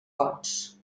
gots